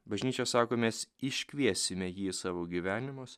bažnyčia sako mes iškviesime jį į savo gyvenimus